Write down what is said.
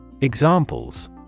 Examples